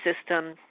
system